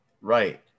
Right